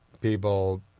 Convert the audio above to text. people